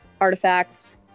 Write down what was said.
artifacts